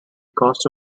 cost